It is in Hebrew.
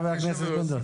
חבר הכנסת פינדרוס?